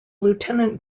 lieutenant